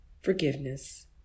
forgiveness